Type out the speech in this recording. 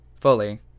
Fully